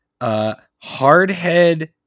Hardhead